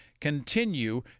continue